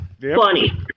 Funny